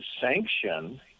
sanction